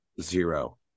zero